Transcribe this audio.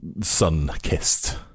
sun-kissed